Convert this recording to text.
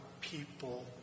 people